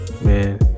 man